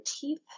teeth